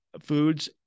foods